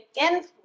influence